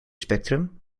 spectrum